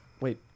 wait